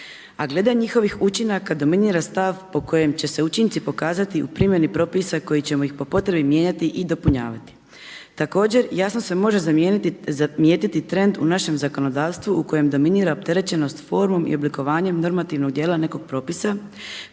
A glede njihovih učinaka dominira stav po kojem će se učinci pokazati u primjeni propisa koje ćemo ih po potrebi mijenjati i dopunjavati. Također jasno se može zamijetiti trend u našem zakonodavstvu u kojem dominira opterećenost formom i oblikovanjem normativnog dijela nekog propisa